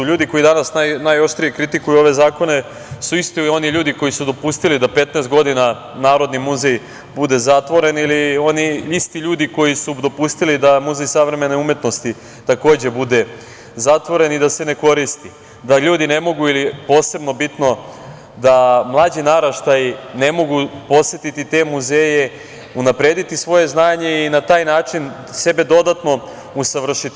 Ljudi koji danas najoštrije kritikuju ove zakone su isti oni ljudi koji su dopustili da 15 godina Narodni muzej bude zatvoren ili oni isti ljudi koji su dopustili da Muzej savremene umetnosti takođe bude zatvoren i da se ne koristi, da ljudi ne mogu, posebno bitno, da mlađi naraštaji ne mogu posetiti te muzeje, unaprediti svoje znanje i na taj način sebe dodatno usavršiti.